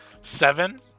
Seven